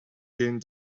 hen